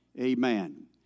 Amen